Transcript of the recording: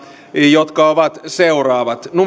jotka ovat seuraavat